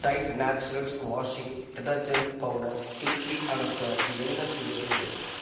Tide Naturals washing detergent powder திருப்பி அனுப்ப என்ன செய்ய வேண்டும்